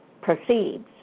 proceeds